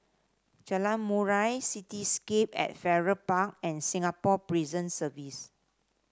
Jalan Murai Cityscape at Farrer Park and Singapore Prison Service